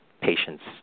patients